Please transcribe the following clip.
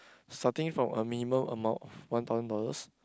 starting from a minimal amount of one thousand dollars